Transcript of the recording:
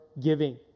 giving